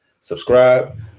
subscribe